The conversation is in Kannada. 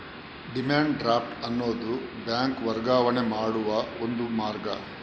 ಡಿಮ್ಯಾಂಡ್ ಡ್ರಾಫ್ಟ್ ಅನ್ನುದು ಬ್ಯಾಂಕ್ ವರ್ಗಾವಣೆ ಮಾಡುವ ಒಂದು ಮಾರ್ಗ